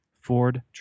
Ford